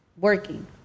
working